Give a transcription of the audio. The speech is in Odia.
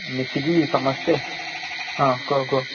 ମିଶିକି ସମସ୍ତେ ହଁ କୁହ କୁହ